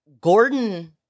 Gordon